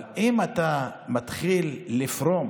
אבל אם אתה מתחיל לפרום